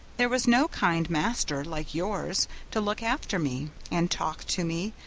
there was no kind master like yours to look after me, and talk to me,